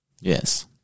Yes